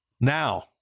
Now